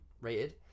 rated